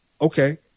okay